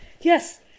Yes